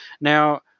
Now